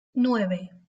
nueve